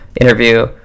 interview